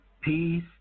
Peace